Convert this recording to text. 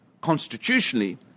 constitutionally